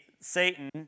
Satan